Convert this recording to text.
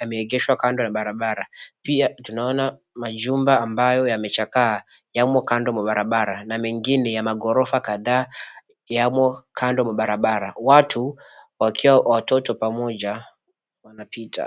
yameegeshwa kando ya barabara. Pia tunaona majumba ambayo yamechakaa yamo kando mwa barabara na mengine ya maghorofa kadhaa yamo kando mwa barabara. Watu wakiwa watoto pamoja wanapita.